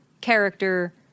character